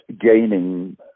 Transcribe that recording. gaining